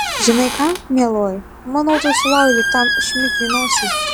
žinai ką mieloji manau tu sulaužei tam šmikiui nosį